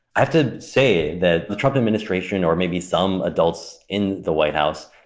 i have to say that the trump administration, or maybe some adults in the white house,